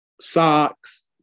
socks